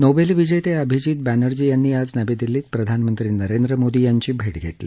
Nobel विजेते अभिजित बॅनर्जी यांनी आज नवी दिल्लीत प्रधानमंत्री नरेंद्र मोदी यांची भेट घेतली